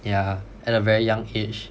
yeah at a very young age